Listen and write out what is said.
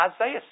Isaiah